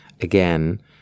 again